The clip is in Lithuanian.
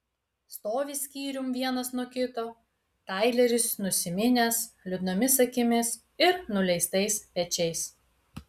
stovi skyrium vienas nuo kito taileris nusiminęs liūdnomis akimis ir nuleistais pečiais